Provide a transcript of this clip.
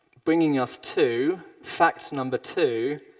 bringing us to fact number two